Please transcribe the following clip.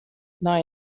nei